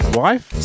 wife